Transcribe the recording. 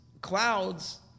clouds